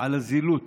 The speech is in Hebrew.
על הזילות